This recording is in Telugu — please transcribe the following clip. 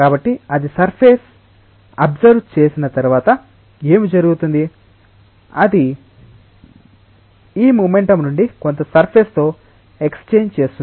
కాబట్టి అది సర్ఫేస్పై అబ్సర్వ్ చేసిన తర్వాత ఏమి జరుగుతుంది అది ఈ మొమెంటమ్ నుండి కొంత సర్ఫేస్ తో ఎక్స్చేంజ్ చేస్తుంది